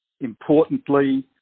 importantly